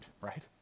right